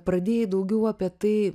pradėjai daugiau apie tai